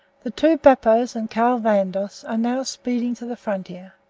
the two bappos and carl vandos are now speeding to the frontier.